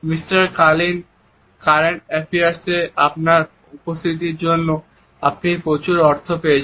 mister ক্যালিন current অ্যাফেয়ার্সে আপনার উপস্থিতির জন্য আপনি প্রচুর অর্থ পেয়েছেন